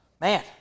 man